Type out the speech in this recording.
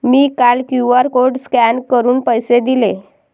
मी काल QR code scan करून पैसे दिले